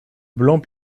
banc